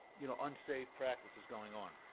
you know, unsafe practices going on.